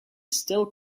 still